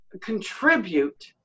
contribute